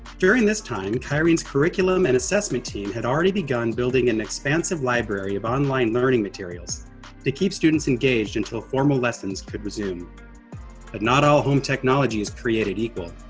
during this time, kyrene's curriculum and assessment team had already begun building an expansive library of online learning materials to keep students engaged until formal lessons could resume. but not all home technology is created equal,